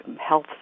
health